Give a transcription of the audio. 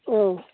औ